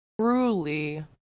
truly